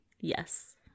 Yes